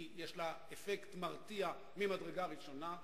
יש לה אפקט מרתיע ממדרגה ראשונה,